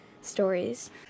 stories